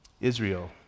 Israel